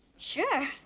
sure.